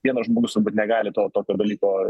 vienas žmogus turbūt negali to tokio dalyko